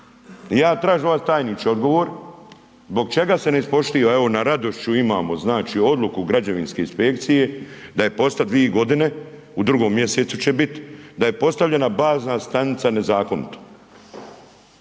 Ja tražim vas tajniče odgovor, zbog čega se ne ispoštva evo na Radošću imamo odluku građevinske inspekcije dvije godine u 2. mjesecu će biti da je postavljena bazna stanica nezakonito.